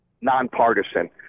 nonpartisan